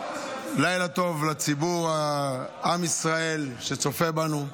לילה טוב לציבור של עם ישראל שצופה בנו.